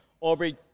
Aubrey